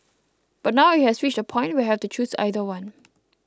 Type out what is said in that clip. but now it has reached a point where I have to choose either one